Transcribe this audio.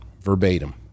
verbatim